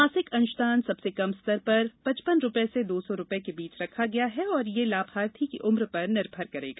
मासिक अंशदान सबसे कम स्तर पर पचपन रुपये से दो सौ रुपये के बीच रखा गया है और यह लाभार्थी की उम्र पर निर्भर करेगा